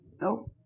no